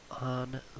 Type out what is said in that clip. on